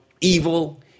evil –